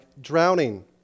drowning